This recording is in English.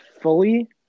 fully